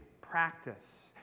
practice